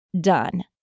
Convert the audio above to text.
done